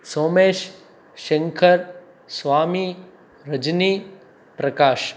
Somesh Shankar Swamy Rajini Prakash